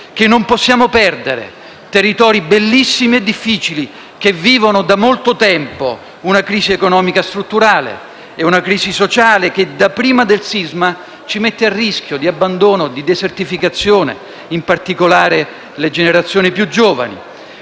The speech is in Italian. non possiamo perdere; territori bellissimi e difficili che vivono da molto tempo una crisi economica, strutturale e sociale che, dapprima del sisma, mettono a rischio di abbandono e desertificazione, in particolare a danno delle generazioni più giovani.